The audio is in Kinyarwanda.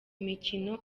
mikino